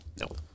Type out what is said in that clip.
Nope